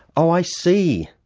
oh i see,